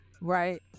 right